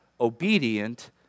obedient